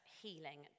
healing